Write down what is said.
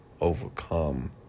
overcome